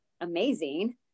amazing